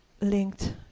linked